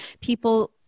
people